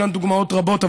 יש דוגמאות רבות,